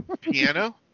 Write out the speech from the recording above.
Piano